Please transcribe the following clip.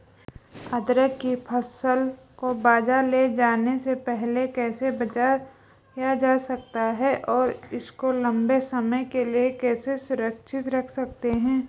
अदरक की फसल को बाज़ार ले जाने से पहले कैसे बचाया जा सकता है और इसको लंबे समय के लिए कैसे सुरक्षित रख सकते हैं?